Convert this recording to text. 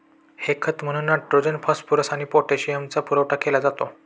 हे खत म्हणून नायट्रोजन, फॉस्फरस किंवा पोटॅशियमचा पुरवठा केला जातो